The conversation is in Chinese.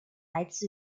来自